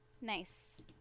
Nice